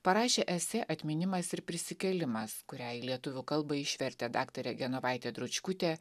parašė esė atminimas ir prisikėlimas kurią į lietuvių kalbą išvertė daktarė genovaitė dručkutė